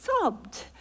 sobbed